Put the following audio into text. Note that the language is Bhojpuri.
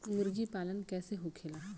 मुर्गी पालन कैसे होखेला?